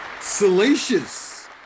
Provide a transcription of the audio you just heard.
salacious